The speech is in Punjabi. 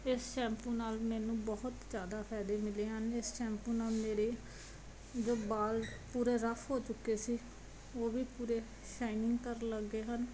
ਇਸ ਸੈਂਪੂ ਨਾਲ ਮੈਨੂੰ ਬਹੁਤ ਜ਼ਿਆਦਾ ਫ਼ਾਇਦੇ ਮਿਲੇ ਹਨ ਇਸ ਸ਼ੈਂਪੂ ਨਾਲ ਮੇਰੇ ਜੋ ਵਾਲ ਪੂਰੇ ਰਫ ਹੋ ਚੁੱਕੇ ਸੀ ਉਹ ਵੀ ਪੂਰੇ ਸ਼ਾਈਨਿੰਗ ਕਰਨ ਲੱਗ ਗਏ ਹਨ